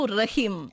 Rahim